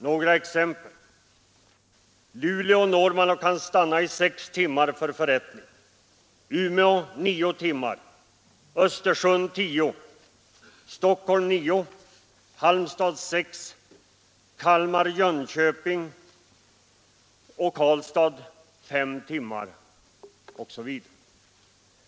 Några exempel: Luleå når man och kan stanna 6 timmar för förrättning, Umeå 9 timmar, Östersund 10, Stockholm 9, Halmstad 6, Kalmar, Jönköping och Karlstad 5 timmar.